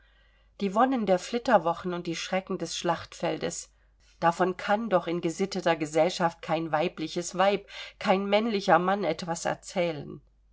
die wonnen der flitterwochen und die schrecken des schlachtfeldes davon kann doch in gesitteter gesellschaft kein weibliches weib kein männlicher mann etwas erzählen